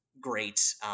great